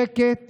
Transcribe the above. שקט